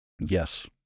Yes